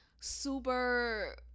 super